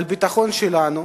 על הביטחון שלנו.